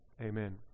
Amen